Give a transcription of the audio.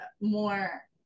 more